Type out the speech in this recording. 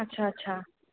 अच्छा अच्छा